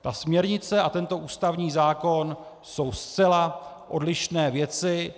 Ta směrnice a tento ústavní zákon jsou zcela odlišné věci.